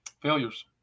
Failures